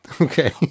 Okay